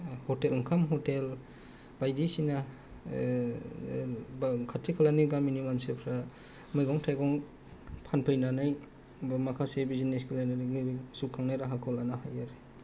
hotel ओंखाम hotel बायदिसिना बा खाथि खालानि गामिनि मानसिफ्रा मैगं थाइगं फानफैनानै बा माखासे बिजनेस खालायनानै जिउ खांनाय राहाखौ लानो हायो आरो